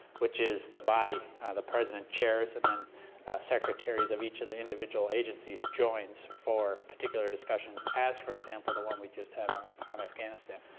which is the body the president chairs, and then secretaries of each of the individual agencies joins for particular discussions, as, for example, the one we just had on ah on afghanistan.